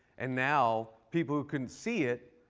and now people who couldn't see it,